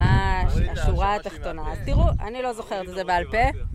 השורה התחתונה. אז תראו, אני לא זוכרת את זה בעל פה.